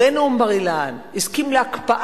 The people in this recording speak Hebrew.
אחרי נאום בר-אילן, הסכים להקפאה,